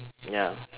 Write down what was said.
ya